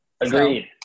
Agreed